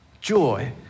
joy